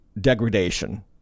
degradation